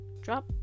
drop